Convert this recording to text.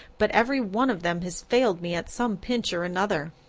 but every one of them has failed me at some pinch or another.